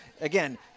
Again